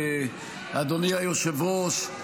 אדוני היושב-ראש,